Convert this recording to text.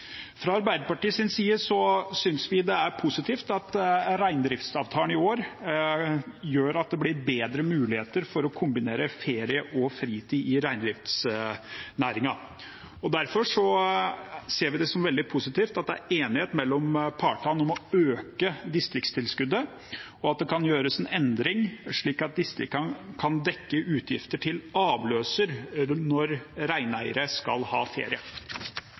Fra Arbeiderpartiets side synes vi det er positivt at reindriftsavtalen i år gjør at det blir bedre muligheter for å kombinere ferie og fritid i reindriftsnæringen. Derfor ser vi det som veldig positivt at det er enighet mellom partene om å øke distriktstilskuddet, og at det gjøres en endring slik at distriktene kan dekke utgifter til avløser når reineiere skal ha ferie.